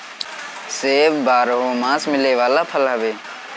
सेब बारहोमास मिले वाला फल हवे